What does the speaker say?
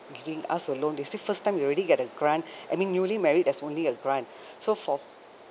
giving us a loan they say first time we already get a grant I mean newly married there's only a grant so for